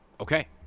Okay